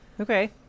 okay